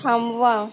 थांबवा